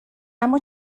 اما